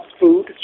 food